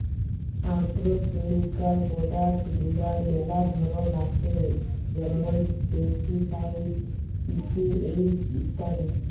agrochemical product গুলার ম্যালা ধরল আসে যেমল পেস্টিসাইড, পি.পি.এইচ ইত্যাদি